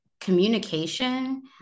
communication